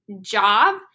job